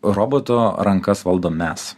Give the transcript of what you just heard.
roboto rankas valdom mes